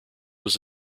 was